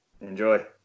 Enjoy